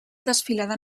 desfilada